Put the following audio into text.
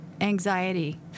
anxiety